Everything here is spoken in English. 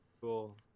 cool